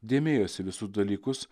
dėmėjosi visus dalykus